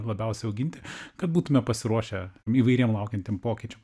labiausiai auginti kad būtume pasiruošę įvairiem laukiantiem pokyčiam